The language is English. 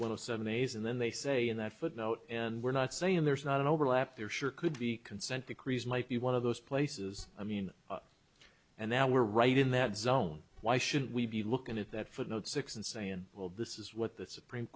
one of seven days and then they say in that footnote and we're not saying there's not an overlap there sure could be consent decrees might be one of those places i mean and they all were right in that zone why should we be looking at that footnote six and saying well this is what the supreme